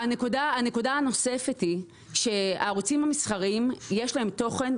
הנקודה הנוספת היא שלערוצים המסחריים יש תוכן,